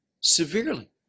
severely